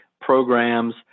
programs